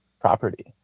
property